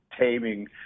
taming